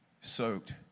soaked